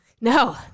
no